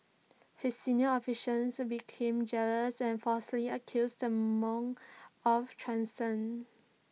his senior officials became jealous and falsely accused the monks of treason